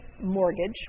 mortgage